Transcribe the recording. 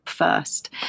first